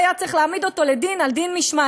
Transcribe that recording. היה צריך להעמיד אותו לדין משמעתי,